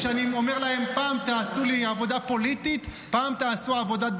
כשאני אומר להם: פעם תעשו לי עבודה פוליטית,